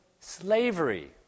slavery